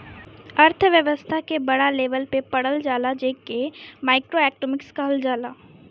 अर्थव्यस्था के बड़ लेवल पे पढ़ल जाला जे के माइक्रो एक्नामिक्स कहल जाला